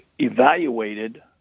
evaluated